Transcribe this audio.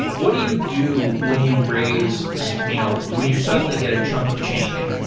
what do you do when you raise you know when you suddenly get a chunk of change?